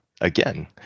again